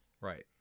Right